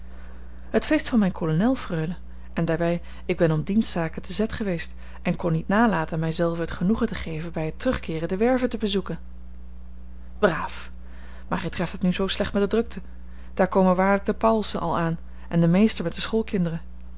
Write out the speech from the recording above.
het feest van mijn kolonel freule en daarbij ik ben om dienstzaken te z geweest en kon niet nalaten mij zelven het genoegen te geven bij het terugkeeren de werve te bezoeken braaf maar gij treft het nu zoo slecht met de drukte daar komen waarlijk de pauwelsen al aan en de meester met de schoolkinderen